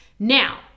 Now